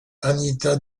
anita